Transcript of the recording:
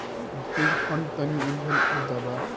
hedge fund तनि उलझल मुद्दा बा